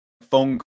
phone